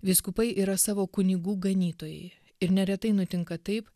vyskupai yra savo kunigų ganytojai ir neretai nutinka taip